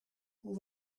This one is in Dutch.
hoe